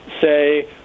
say